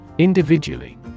Individually